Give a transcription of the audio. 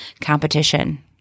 competition